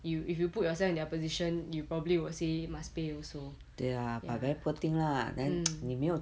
you if you put yourself in the opposition you probably will say must pay also ya mm